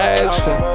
action